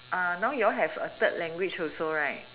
uh now you all have a third language also right